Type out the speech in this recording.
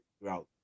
throughout